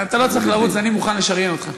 אתה לא צריך לרוץ בליכוד, אני מוכן לשריין אותך.